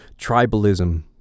tribalism